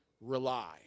rely